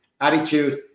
attitude